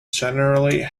generally